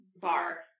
Bar